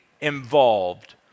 involved